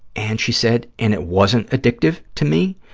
and she said, and it wasn't addictive to me,